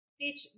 teach